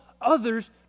others